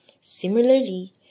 Similarly